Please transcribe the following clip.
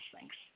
thanks